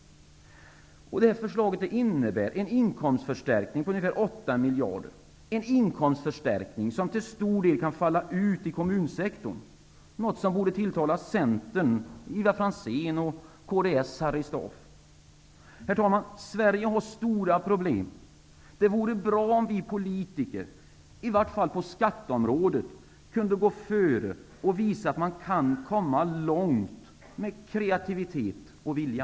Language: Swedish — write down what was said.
Förslaget innebär en inkomstförstärkning på ungefär 8 miljarder kronor. Det är en förstärkning som till stor del kan falla ut i kommunsektorn, något som borde tilltala Centerns Ivar Franzén och kds Harry Staaf. Herr talman! Sverige har stora problem. Det vore bra om vi politiker i vart fall på skatteområdet kunde gå före och visa att man kan komma långt med kreativitet -- och vilja.